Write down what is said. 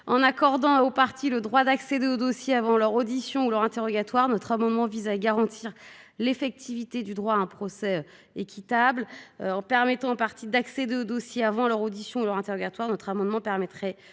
En accordant aux parties le droit d'accéder au dossier avant leur audition ou leur interrogatoire, cet amendement vise à garantir l'effectivité du droit à un procès équitable. Autoriser les parties à accéder au dossier avant leur audition et leur interrogatoire permettrait